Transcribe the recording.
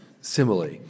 simile